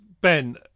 Ben